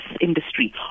industry